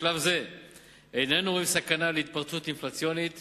בשלב זה איננו רואים סכנה של התפרצות אינפלציונית